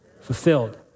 Fulfilled